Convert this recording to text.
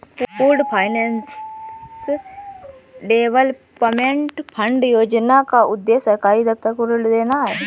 pooled finance development fund योजना का उद्देश्य सरकारी दफ्तर को ऋण देना है